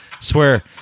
Swear